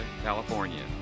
California